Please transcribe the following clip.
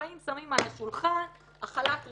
ששמים על השולחן החלת ריבונות,